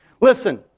Listen